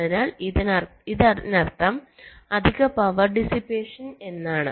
അതിനാൽ ഇതിനർത്ഥം അധിക പവർ ഡിസിപ്പേഷൻ എന്നാണ്